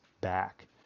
back